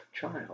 child